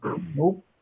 Nope